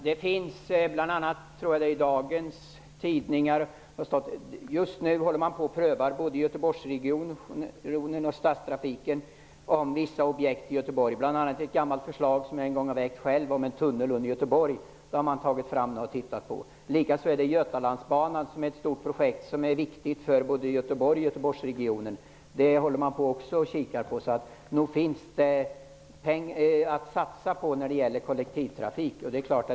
Herr talman! Bl.a. i dagens tidningar står det att man just nu håller på och prövar vissa objekt, både i Göteborgsregionen och i stadstrafiken. Det gäller bl.a. ett gammalt förslag som jag en gång har väckt, om en tunnel under Göteborg. Det förslaget har man nu tagit fram och tittat på. Likaså är Götalandsbanan ett stort projekt, som är viktigt för Göteborg och Göteborgsregionen. Det tittar man också på. Nog finns det att satsa på när det gäller kollektivtrafik.